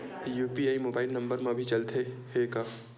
UPI mobile number मा भी चलते हे का?